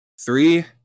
three